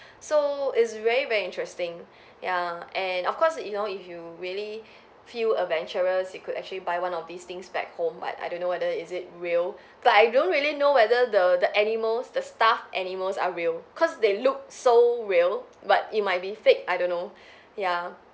so it's very very interesting ya and of course you know if you really feel adventurous you could actually buy one of these things back home but I don't know whether is it real but I don't really know whether the the animals the stuffed animals are real cause they look so real but it might be fake I don't know yeah